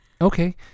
Okay